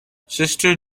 sister